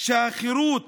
שהחירות